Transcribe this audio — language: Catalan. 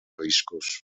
riscos